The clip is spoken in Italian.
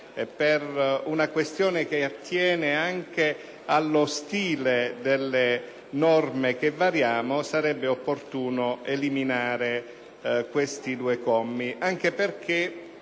per una questione che attiene anche allo stile delle norme che variamo, sarebbe opportuno eliminare questi due commi,